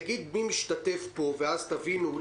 אגיד מי משתתף פה ואז תבינו.